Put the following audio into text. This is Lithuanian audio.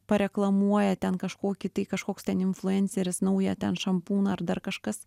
pareklamuoja ten kažkokį tai kažkoks ten influenceris naują ten šampūną ar dar kažkas